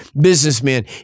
Businessmen